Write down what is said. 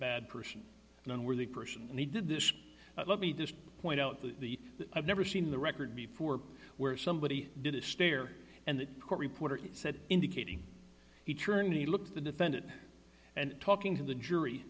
bad person and unworthy person and he did this let me just point out that the i've never seen the record before where somebody did a stare and the court reporter said indicating eternity look the defendant and talking to the jury